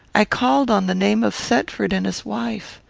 i called on the name of thetford and his wife.